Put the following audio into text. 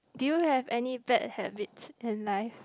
do you have any bad habit in life